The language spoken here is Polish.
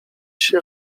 się